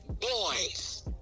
boys